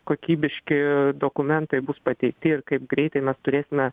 kokybiški dokumentai bus pateikti ir kaip greitai mes turėsime